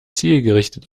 zielgerichtet